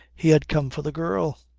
he had come for the girl.